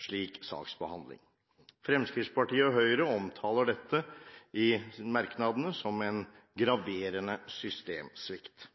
slik saksbehandling. Fremskrittspartiet og Høyre omtaler dette i merknadene som «en graverende systemsvikt».